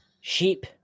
Sheep